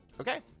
Okay